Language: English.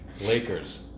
Lakers